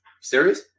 serious